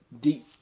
deep